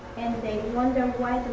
they wonder why